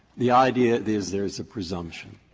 the idea is there is a presumption.